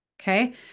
okay